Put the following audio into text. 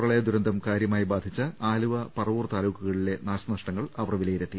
പ്രളയദുരന്തം കാരൃമായി ബാധിച്ച ആലുവ പറവൂർ താലൂക്കുകളിലെ നാശനഷ്ട ങ്ങൾ അവർ വിലയിരുത്തി